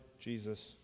Jesus